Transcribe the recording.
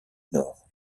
nord